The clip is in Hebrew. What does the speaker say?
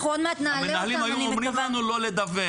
אנחנו עוד מעט נעלה אותם המנהלים אמרו לנו לא לדווח.